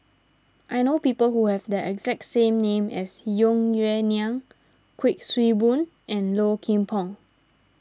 I know people who have the exact name as Tung Yue Nang Kuik Swee Boon and Low Kim Pong